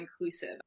inclusive